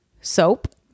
soap